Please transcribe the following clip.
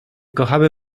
kochamy